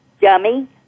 dummy